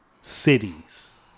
cities